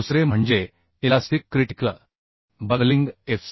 दुसरे म्हणजे elastic critical buckling F